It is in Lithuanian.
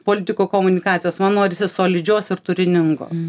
politikų komunikacijos man norisi solidžios ir turiningos